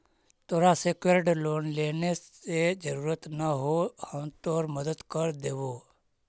तोरा secured loan लेने के जरूरत न हो, हम तोर मदद कर देबो